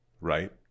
right